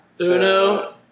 Uno